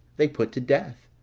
they put to death.